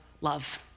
love